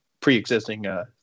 pre-existing